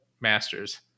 masters